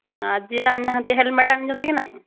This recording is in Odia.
ଆଜି ଯଦି ଆଣିନାହାନ୍ତି ହେଲମେଟ୍ ଆଣିଛନ୍ତି କି ନାହିଁ